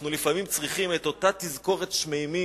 אנחנו לפעמים צריכים את אותה תזכורת שמימית,